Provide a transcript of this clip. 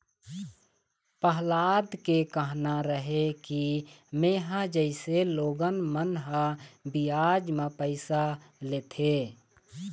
पहलाद के कहना रहय कि मेंहा जइसे लोगन मन ह बियाज म पइसा लेथे,